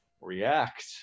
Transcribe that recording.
react